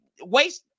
Waste